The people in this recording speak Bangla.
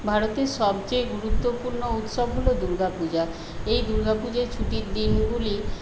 ভারতের সবচেয়ে গুরুত্বপূর্ণ উৎসব হল দুর্গা পূজা এই দুর্গা পুজোর ছুটির দিনগুলি